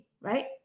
right